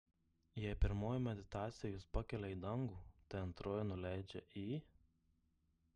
jei pirmoji meditacija jus pakelia į dangų tai antroji nuleidžia į